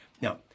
Now